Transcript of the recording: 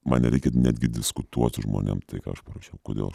man nereikia netgi diskutuot su žmonėm tai ką aš parašiau kodėl aš